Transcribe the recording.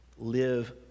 live